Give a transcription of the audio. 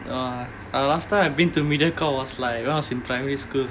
no ah the last time I've been to Mediacorp was like when I was in primary school